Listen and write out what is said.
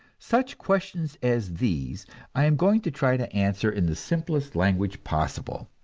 such questions as these i am going to try to answer in the simplest language possible.